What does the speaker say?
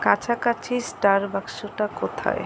কাছাকাছি স্টার বাক্সটা কোথায়